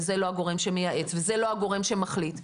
ו'זה לא הגורם שמייעץ' ו'זה לא הגורם שמחליט'.